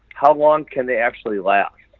how long can they actually last,